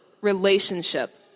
relationship